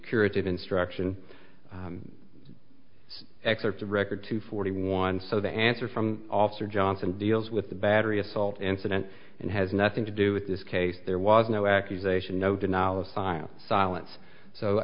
curative instruction excerpts of record two forty one so the answer from officer johnson deals with the battery assault incident and has nothing to do with this case there was no accusation